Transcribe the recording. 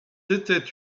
étaient